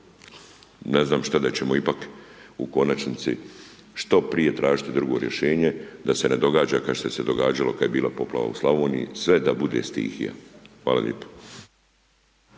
ne znam šta da ćemo ipak u konačnici što prije tražiti drugo rješenje da se ne događa kao što se događalo kad je bila poplava u Slavoniji sve da bude stihija. Hvala lijepa.